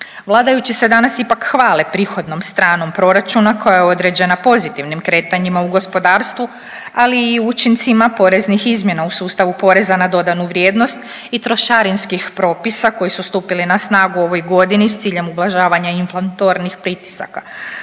Vladajući se danas ipak hvale prihodnom stranom proračuna koja je određena pozitivnim kretanjima u gospodarstvu, ali i učincima poreznih izmjena u sustavu poreza na dodanu vrijednost i trošarinskih propisa koji su stupili na snagu u ovoj godini s ciljem ublažavanja inflatornih pritisaka.